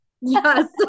Yes